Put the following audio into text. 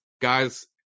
Guys